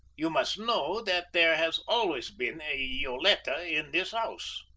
you must know that there has always been a yoletta in this house.